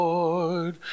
Lord